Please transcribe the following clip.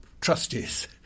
trustees